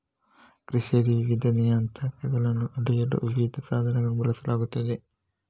ಕೃಷಿಯಲ್ಲಿ ವಿವಿಧ ನಿಯತಾಂಕಗಳನ್ನು ಅಳೆಯಲು ವಿವಿಧ ಸಾಧನಗಳನ್ನು ಬಳಸಲಾಗುತ್ತದೆ